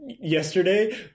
yesterday